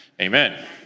Amen